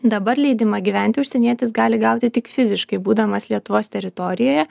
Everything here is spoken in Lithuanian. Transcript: dabar leidimą gyventi užsienietis gali gauti tik fiziškai būdamas lietuvos teritorijoje